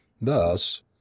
Thus